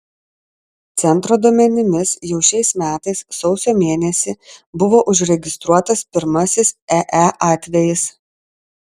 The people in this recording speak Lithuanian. centro duomenimis jau šiais metais sausio mėnesį buvo užregistruotas pirmasis ee atvejis